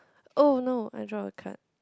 oh no I drop a card